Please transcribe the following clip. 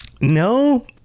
no